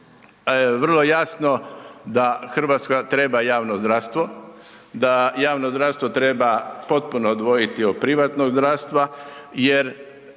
vrlo jasno da RH treba javno zdravstvo, da javno zdravstvo treba potpuno odvojiti od privatnog zdravstva jer